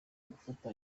gufata